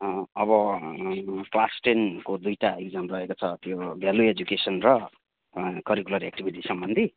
अब क्लास टेनको दुइटा एक्जाम रहेको छ त्यो भ्याल्यु एजुकेसन र करिकुलर एक्टिभिटीसम्बन्धी